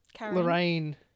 Lorraine